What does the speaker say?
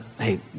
hey